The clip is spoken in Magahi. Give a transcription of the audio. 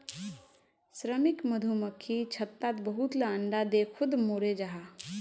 श्रमिक मधुमक्खी छत्तात बहुत ला अंडा दें खुद मोरे जहा